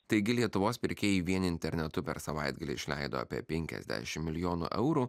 taigi lietuvos pirkėjai vien internetu per savaitgalį išleido apie penkiasdešim milijonų eurų